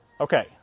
Okay